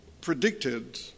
predicted